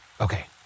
Okay